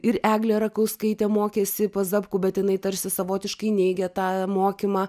ir eglė rakauskaitė mokėsi pas zapkų bet jinai tarsi savotiškai neigia tą mokymą